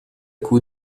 coût